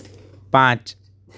પાંચ